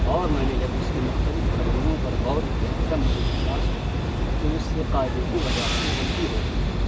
اور میں نے جب اس کے مختلف پہلوؤں پر غور کیا تب مجھے احساس ہوا کہ مجھ سے قاعدے کی وضاحت میں غلطی ہو گئی ہے